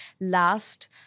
last